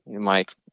mike